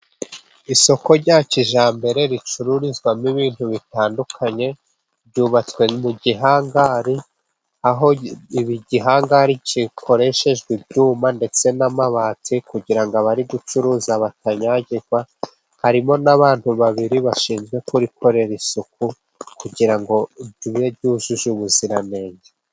Isoko rya kijyambere ricururizwamo ibintu bitandukanye ryubatswe mu gihangari, aho igihangari gikoreshejwe ibyuma ndetse n'amabati kugira ngo abari gucuruza batanyagirwa, harimo n'abantu babiri bashinzwe kurikorera isuku, kugira ngo ribe ryujuje ubuziranenge.